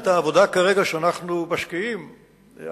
העבודה שאנחנו משקיעים כרגע,